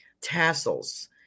tassels